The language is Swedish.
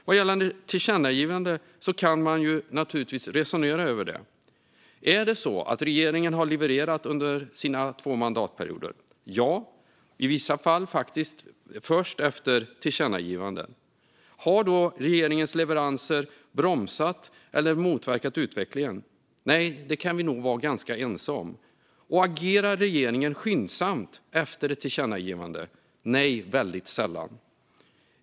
Man kan naturligtvis resonera om dessa tillkännagivanden. Är det så att regeringen under sina två mandatperioder har levererat? Ja, i vissa fall först efter tillkännagivanden. Har då regeringens leveranser bromsat eller motverkat utvecklingen? Nej, det kan vi nog vara ense om. Agerar regeringen skyndsamt efter ett tillkännagivande? Nej, mycket sällan.